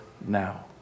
now